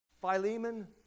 Philemon